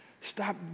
stop